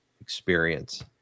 experience